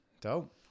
Dope